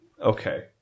okay